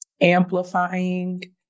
amplifying